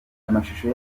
amashusho